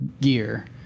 gear